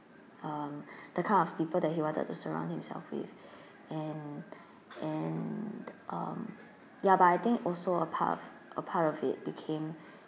um the kind of people that he wanted to surround himself with and and um ya but I think also a part of a part of it became